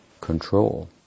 control